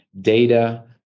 data